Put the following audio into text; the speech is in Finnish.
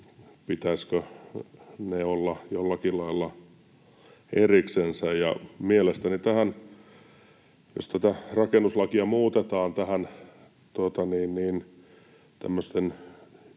pitäisikö niiden olla jollakin lailla eriksensä? Mielestäni jos rakennuslakia muutetaan